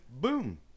boom